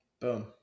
Boom